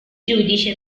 giudice